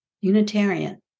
Unitarian